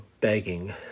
begging